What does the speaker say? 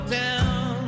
down